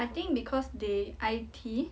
I think because they I_T